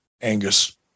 Angus